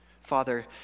Father